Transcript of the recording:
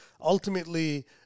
ultimately